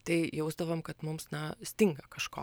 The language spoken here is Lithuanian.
tai jausdavom kad mums na stinga kažko